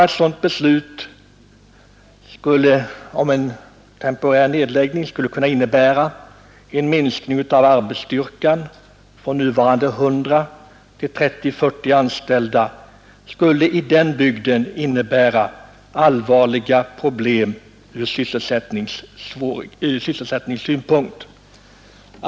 Ett sådant beslut om en temporär nedläggning, eller om en minskning av arbetsstyrkan från nuvarande 100 till 30—40 anställda, skulle i den bygden innebära allvarliga problem ur sysselsättningssynpunkt.